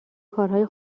کارهای